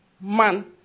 man